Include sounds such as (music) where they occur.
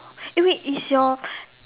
eh wait is your (breath)